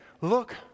look